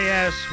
Yes